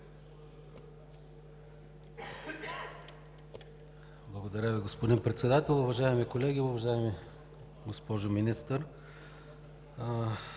Благодаря Ви, господин Председател. Уважаеми колеги, уважаема госпожо Министър!